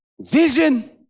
Vision